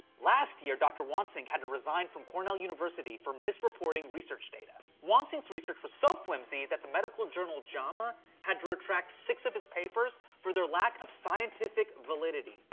last year, dr. wansink had to resign from cornell university for misreporting research data. wansink's research was so flimsy that the medical journal jama had to retract six of his papers for their lack of scientific validity.